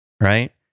right